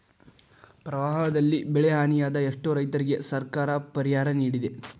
ಪ್ರವಾಹದಲ್ಲಿ ಬೆಳೆಹಾನಿಯಾದ ಎಷ್ಟೋ ರೈತರಿಗೆ ಸರ್ಕಾರ ಪರಿಹಾರ ನಿಡಿದೆ